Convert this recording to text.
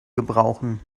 gebrauchen